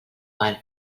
val